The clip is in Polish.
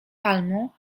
palmą